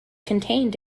contained